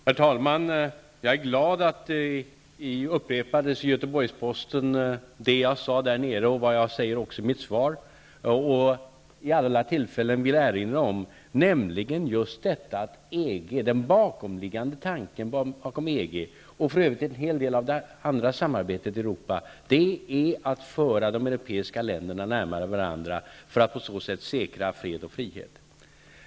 Herr talman! Jag är glad att det jag sade i Göteborg, och har sagt i mitt svar i dag, upprepades i Göteborgsposten. Jag erinrar gärna vid alla tillfällen om att tanken bakom EG, och för övrigt en hel del av det övriga samarbetet i Europa, är att föra de europeiska länderna närmare varandra för att på så sätt säkra fred och frihet.